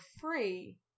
free